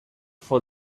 for